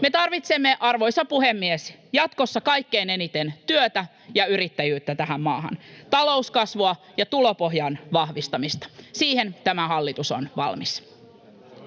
Me tarvitsemme, arvoisa puhemies, jatkossa kaikkein eniten työtä ja yrittäjyyttä tähän maahan, talouskasvua ja tulopohjan vahvistamista. [Oikealta: Kyllä!] Siihen tämä hallitus on valmis. [Timo